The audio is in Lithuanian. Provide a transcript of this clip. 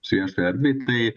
sijusiai erdvei tai